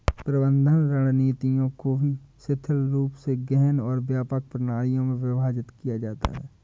प्रबंधन रणनीतियों को भी शिथिल रूप से गहन और व्यापक प्रणालियों में विभाजित किया जाता है